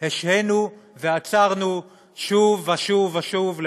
השהינו ועצרנו שוב ושוב ושוב,